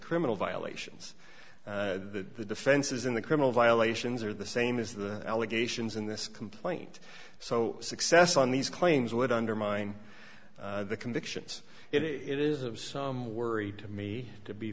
criminal violations that the defenses in the criminal violations are the same is the allegations in this complaint so success on these claims would undermine the convictions it is of some worry to me to be